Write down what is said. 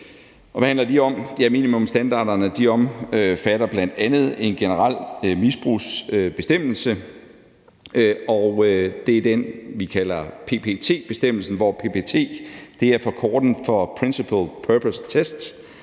minimumsstandarderne omfatter bl.a. en generel misbrugsbestemmelse, og det er den, vi kalder PPT-bestemmelsen, hvor PPT er forkortelsen for principal purpose test,